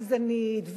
ועוד חקיקה גזענית,